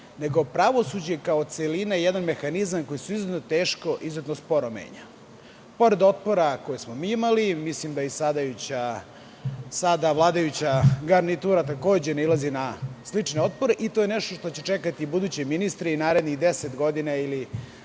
nego je pravosuđe kao celina, jedan mehanizam koji se izuzetno teško i izuzetno sporo menja. Pored otpora koje smo mi imali, mislim da i sada vladajuća garnitura takođe nailazi na slične otpore i to je nešto što će čekati i buduće ministre i narednih deset godina,